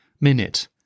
minute